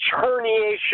herniation